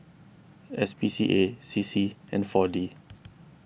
S P C A C C and four D